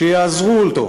שיעזרו לו.